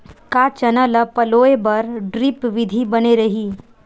का चना ल पलोय बर ड्रिप विधी बने रही?